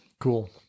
cool